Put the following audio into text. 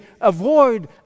avoid